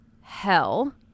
hell